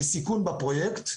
כסיכון בפרויקט.